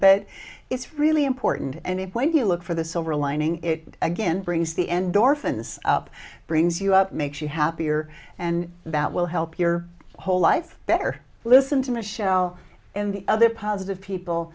but it's really important and when you look for the silver lining it again brings the endorphins up brings you up makes you happier and that will help your whole life better listen to michelle and the other positive people